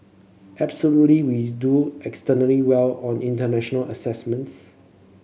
absolutely we do extremely well on international assessments